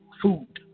food